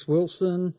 Wilson